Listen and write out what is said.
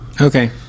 Okay